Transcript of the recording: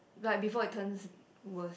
but before it turns worse